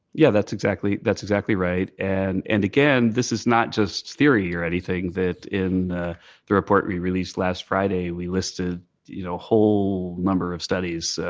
yeah that's exactly that's exactly right. and and again, this is not just theory or anything. in ah the report we released last friday, we listed you know a whole number of studies.